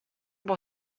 pour